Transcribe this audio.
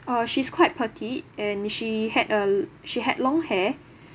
uh she's quite petite and she had a she had long hair